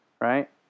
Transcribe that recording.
right